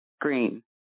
green